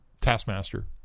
Taskmaster